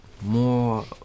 more